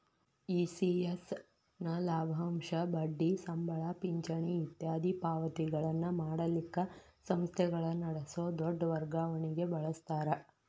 ECS ನ ಲಾಭಾಂಶ, ಬಡ್ಡಿ, ಸಂಬಳ, ಪಿಂಚಣಿ ಇತ್ಯಾದಿ ಪಾವತಿಗಳನ್ನ ಮಾಡಲಿಕ್ಕ ಸಂಸ್ಥೆಗಳ ನಡಸೊ ದೊಡ್ ವರ್ಗಾವಣಿಗೆ ಬಳಸ್ತಾರ